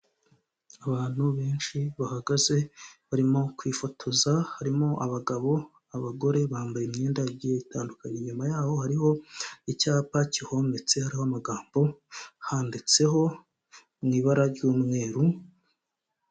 Abantu benshi bahagaze barimo kwifotoza harimo abagabo, abagore bambaye imyenda igiye itandukanye, inyuma yaho hariho icyapa kihometse hariho amagambo handitseho mu ibara ry'umweru.